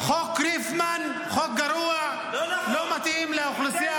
חוק ריפמן הוא חוק גרוע.